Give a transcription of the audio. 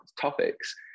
topics